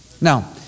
Now